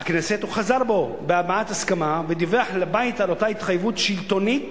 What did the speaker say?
הכנסת הוא חזר בו מהבעת ההסכמה ודיווח לבית על אותה התחייבות שלטונית,